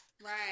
Right